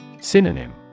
Synonym